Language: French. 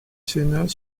sénat